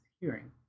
hearing